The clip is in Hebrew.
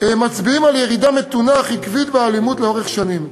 מצביעים על ירידה מתונה אך עקבית באלימות לאורך שנים.